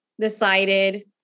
decided